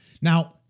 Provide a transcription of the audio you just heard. now